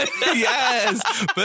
yes